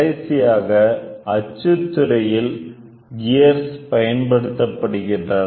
கடைசியாக அச்சுத்துறையில் கியர்ஸ் பயன்படுத்தப்படுகின்றன